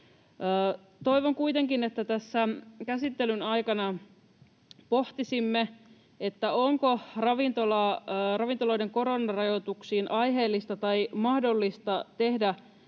Toivon kuitenkin, että tässä käsittelyn aikana pohtisimme, onko ravintoloiden koronarajoituksiin aiheellista tai mahdollista tehdä